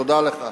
תודה לך.